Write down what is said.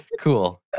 cool